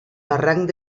barranc